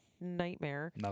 Nightmare